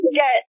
get